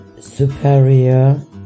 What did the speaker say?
superior